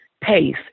pace